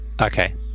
Okay